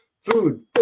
food